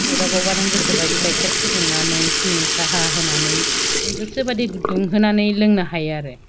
अरदाबावबा नों गोसो बायदि गाइखेर फुदुंनानै सिनि साहा होनानै नों गोसो बायदि दुंहोनानै लोंनो हायो आरो